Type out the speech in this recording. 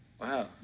wow